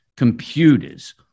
computers